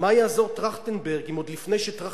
מה יעזור טרכטנברג אם עוד לפני שטרכטנברג